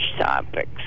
topics